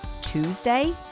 Tuesday